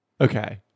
Okay